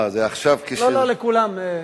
זה, לכולם.